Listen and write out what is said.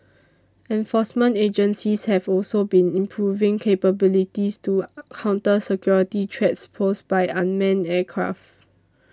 enforcement agencies have also been improving capabilities to counter security threats posed by unmanned aircraft